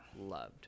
loved